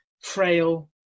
frail